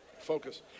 Focus